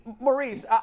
Maurice